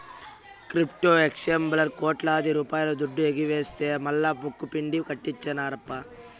crypto ఎక్సేంజీల్లా కోట్లాది రూపాయల దుడ్డు ఎగవేస్తె మల్లా ముక్కుపిండి కట్టించినార్ప